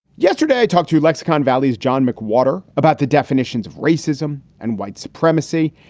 yesterday, i talked to lexicon valley's john mcwhorter about the definitions of racism and white supremacy.